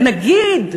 ונגיד,